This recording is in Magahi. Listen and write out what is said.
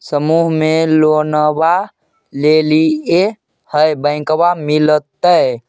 समुह मे लोनवा लेलिऐ है बैंकवा मिलतै?